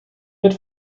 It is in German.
wird